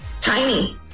Tiny